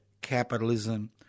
capitalism